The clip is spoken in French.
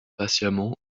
patiemment